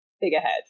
figurehead